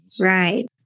Right